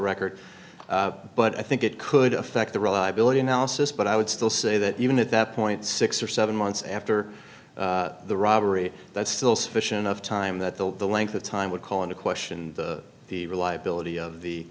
record but i think it could affect the reliability analysis but i would still say that even at that point six or seven months after the robbery that's still sufficient of time that the the length of time would call into question the rely ability of the